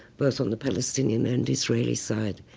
both on the palestinian and israeli side.